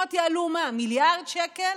בחירות יעלו מיליארד שקל?